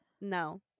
No